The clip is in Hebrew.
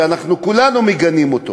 שאנחנו כולנו מגנים אותו.